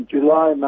July